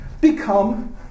become